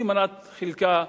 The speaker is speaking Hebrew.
היא מנת חלקה,